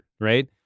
Right